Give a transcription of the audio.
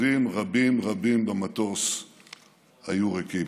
מושבים רבים רבים במטוס היו ריקים.